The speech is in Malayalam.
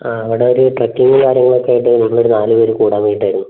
ആ അവിടെ ഒരു ട്രക്കിംഗും കാര്യങ്ങളൊക്കെ ആയിട്ട് ഞങ്ങളൊരു നാല് പേർ കൂടാൻ വേണ്ടിയിട്ടായിരുന്നു